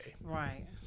right